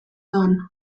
doan